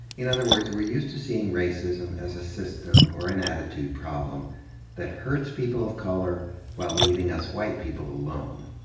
in other words, we're used to seeing racism as a system or an attitude problem that hurts people of color while leaving us white people alone.